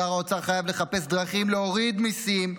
שר האוצר חייב לחפש דרכים להוריד מיסים,